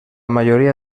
mayoría